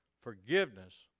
Forgiveness